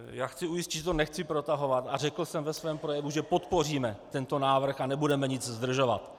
Já chci ujistit, že to nechci protahovat, a řekl jsem ve svém projevu, že podpoříme tento návrh a nebudeme nic zdržovat.